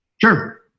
Sure